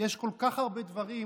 כל כך הרבה דברים